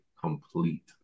complete